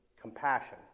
compassion